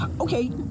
okay